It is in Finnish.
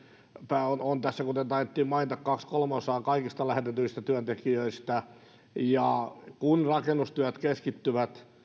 pääosin on kuten tässä taidettiin mainita kaksi kolmasosaa kaikista lähetetyistä työntekijöistä kun rakennustyöt keskittyvät